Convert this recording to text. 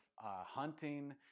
hunting